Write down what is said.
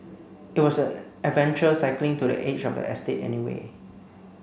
it was an adventure cycling to the edge of the estate anyway